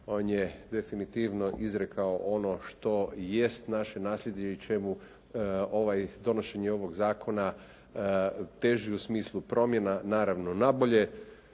on je definitivno izrekao ono što jest naše nasljeđe i čemu donošenje ovog zakona teži u smislu promjena naravno na bolje.